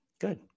Good